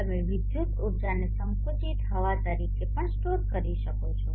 તમે વિદ્યુત ઉર્જાને સંકુચિત હવા તરીકે પણ સ્ટોર કરી શકો છો